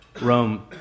Rome